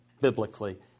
biblically